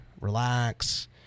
relax